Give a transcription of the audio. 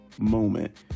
moment